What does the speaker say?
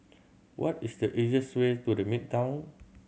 what is the easiest way to The Midtown